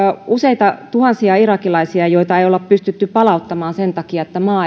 useita tuhansia irakilaisia joita ei ole pystytty palauttamaan sen takia että maa